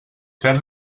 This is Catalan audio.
fer